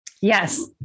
yes